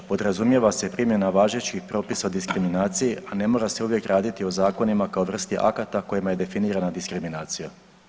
Podrazumijeva se primjena važećih propisa diskriminacije, a ne mora se uvijek raditi o zakonima kao vrsti akata kojima je definirana diskriminacija.